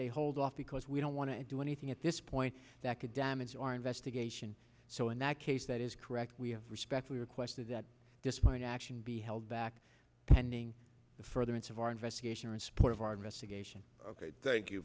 they hold off because we don't want to do anything at this point that could damage our investigation so in that case that is correct we have respectfully request that this might actually be held back pending further inch of our investigation or in support of our investigation thank you